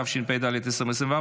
התשפ"ד 2024,